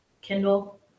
kindle